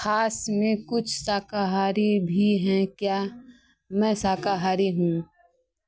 खास में कुछ शाकाहारी भी हैं क्या मैं शाकाहारी हूँ